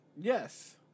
Yes